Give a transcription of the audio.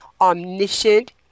omniscient